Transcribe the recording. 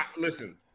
Listen